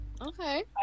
okay